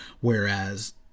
whereas